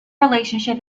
relationship